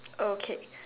okay